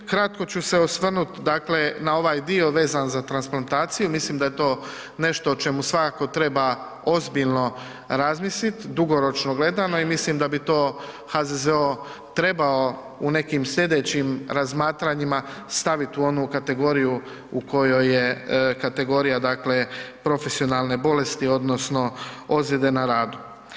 Kratko ću se osvrnuti dakle na ovaj dio vezan za transplantaciju, mislim da je to nešto o čemu svakako treba ozbiljno razmisliti, dugoročno gledano i mislim da bi to HZZO trebao u nekim sljedećim razmatranjima staviti u onu kategoriju u kojoj je kategorija dakle, profesionalne bolesti odnosno ozljede na radu.